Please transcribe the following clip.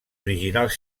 originals